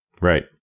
Right